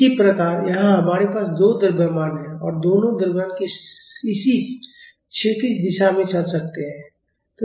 इसी प्रकार यहाँ हमारे पास दो द्रव्यमान हैं और दोनों द्रव्यमान इसी क्षैतिज दिशा में चल सकते हैं